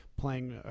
playing